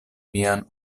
mian